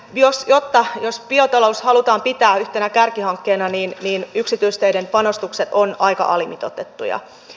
jos jotta jos biotalous halutaan pitää yhtenä kärkihankkeena niin yksityisteiden panostukset ovat aika alimitoitettuja